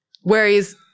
Whereas